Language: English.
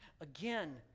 Again